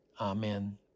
Amen